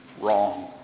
wrong